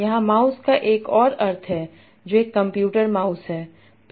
यहाँ माउस का एक और अर्थ है जो एक कंप्यूटर माउस है